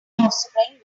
offspring